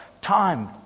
time